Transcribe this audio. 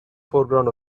foreground